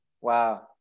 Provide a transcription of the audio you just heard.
Wow